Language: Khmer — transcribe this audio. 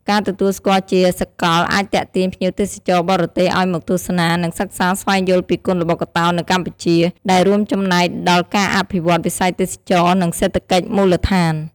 ការទទួលស្គាល់ជាសាកលអាចទាក់ទាញភ្ញៀវទេសចរបរទេសឱ្យមកទស្សនា និងសិក្សាស្វែងយល់ពីគុនល្បុក្កតោនៅកម្ពុជា ដែលរួមចំណែកដល់ការអភិវឌ្ឍន៍វិស័យទេសចរណ៍ និងសេដ្ឋកិច្ចមូលដ្ឋាន។